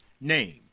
name